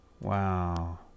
Wow